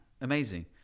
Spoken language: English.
amazing